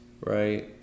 right